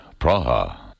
Praha